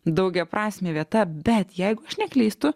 daugiaprasmė vieta bet jeigu aš neklystu